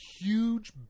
huge